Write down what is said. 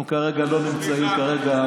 אנחנו לא נמצאים כרגע,